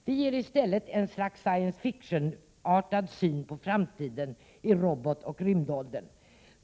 De ger i stället ett slags sciencefictionartad syn på framtiden i robotoch rymdåldern.